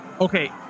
Okay